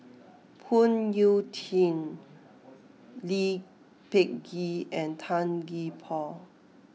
Phoon Yew Tien Lee Peh Gee and Tan Gee Paw